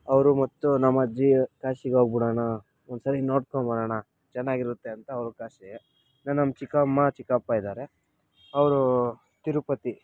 ಅವರು ಮತ್ತು ನಮ್ಮ ಅಜ್ಜಿ ಕಾಶಿಗೆ ಹೋಗಿಬಿಡೋಣ ಒಂದು ಸರಿ ನೋಡ್ಕೊಂಡ್ಬರೋಣ ಚೆನ್ನಾಗಿರುತ್ತೆ ಅಂತ ಅವರು ಕಾಶಿ ಇನ್ನೂ ಚಿಕ್ಕಮ್ಮ ಚಿಕಪ್ಪ ಇದ್ದಾರೆ ಅವರು ತಿರುಪತಿ